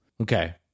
Okay